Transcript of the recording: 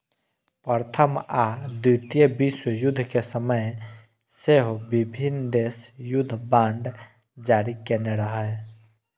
प्रथम आ द्वितीय विश्वयुद्ध के समय सेहो विभिन्न देश युद्ध बांड जारी केने रहै